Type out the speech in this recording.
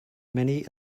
many